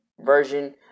version